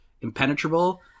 impenetrable